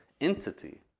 entity